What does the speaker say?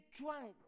drunk